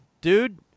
dude